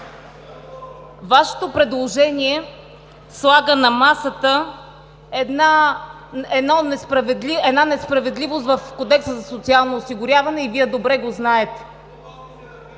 Вашето предложение слага на масата една несправедливост в Кодекса за социално осигуряване и Вие добре го знаете.